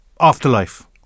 afterlife